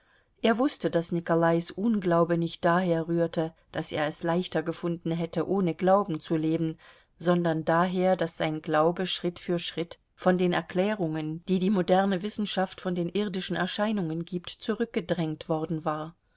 er wußte daß nikolais unglaube nicht daher rührte daß er es leichter gefunden hätte ohne glauben zu leben sondern daher daß sein glaube schritt für schritt von den erklärungen die die moderne wissenschaft von den irdischen erscheinungen gibt zurückgedrängt worden war